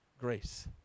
grace